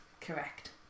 correct